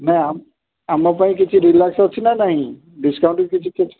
ନା ଆମ ଆମ ପାଇଁ କିଛି ରିଲାକ୍ସ୍ ଅଛି ନା ନାଇଁ ଡିସ୍କାଉଣ୍ଟ୍ କିଛି କିଛି